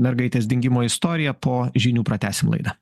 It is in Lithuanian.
mergaitės dingimo istoriją po žinių pratęsim laidą